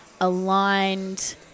aligned